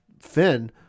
Finn